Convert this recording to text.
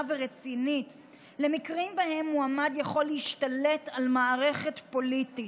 ורצינית למקרים שבהם מועמד יכול להשתלט על מערכת פוליטית,